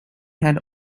had